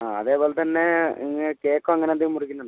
ആ അതേപോലെത്തന്നെ ഇന്ന് കേയ്ക്കോ അങ്ങനെ എന്തെങ്കിലും മുറിക്കുന്നുണ്ടോ